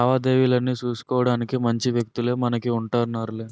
లావాదేవీలన్నీ సూసుకోడానికి మంచి వ్యక్తులే మనకు ఉంటన్నారులే